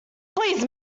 please